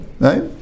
right